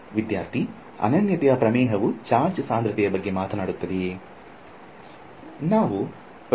ವಿದ್ಯಾರ್ಥಿ ಅನನ್ಯತೆ ಪ್ರಮೇಯವು ಚಾರ್ಜ್ ಸಾಂದ್ರತೆಯ ಬಗ್ಗೆ ಮಾತನಾಡುತ್ತದೆಯೇ